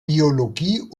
biologie